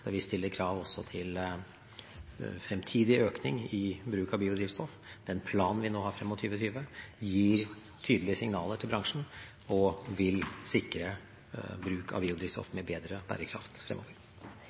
vi stiller krav også til fremtidig økning i bruk av biodrivstoff, den planen vi har frem mot 2020, gir tydelige signaler til bransjen og vil sikre bruk av biodrivstoff